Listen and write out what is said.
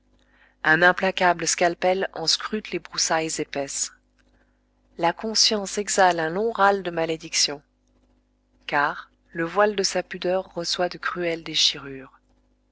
un implacable scalpel en scrute les broussailles épaisses la conscience exhale un long râle de malédiction car le voile de sa pudeur reçoit de cruelles déchirures